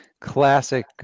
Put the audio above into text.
classic